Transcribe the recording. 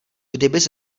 kdybys